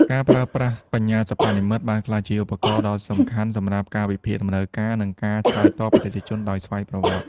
ការប្រើប្រាស់បញ្ញាសិប្បនិម្មិតបានក្លាយជាឧបករណ៍ដ៏សំខាន់សម្រាប់ការវិភាគតម្រូវការ និងការឆ្លើយតបអតិថិជនដោយស្វ័យប្រវត្តិ។